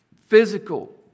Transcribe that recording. physical